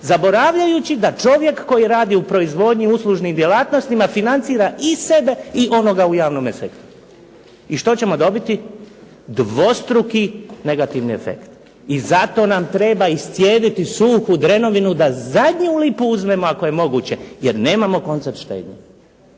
zaboravljajući da čovjek koji radi u proizvodnji i uslužnim djelatnostima financira i sebe i onoga u javnome sektoru. I što ćemo dobiti? Dvostruki negativni efekt. I zato nam treba iscijediti suhu drenovinu da zadnju lipu uzmemo ako je moguće jer nemamo koncept štednje.